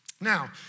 Now